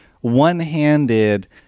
one-handed